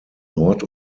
nord